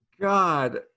God